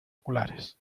oculares